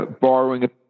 borrowing